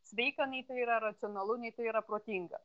sveika nei tai yra racionalu nei tai yra protinga